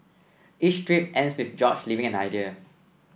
each strip ends with George leaving an idea